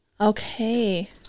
Okay